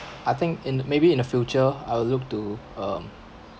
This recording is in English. I think in maybe in the future I will look to um